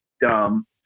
dumb